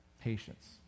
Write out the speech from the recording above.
patience